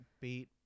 beat